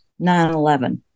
9-11